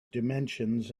dimensions